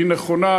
היא נכונה,